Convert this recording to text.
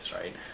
Right